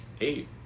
eight